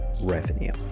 revenue